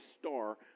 star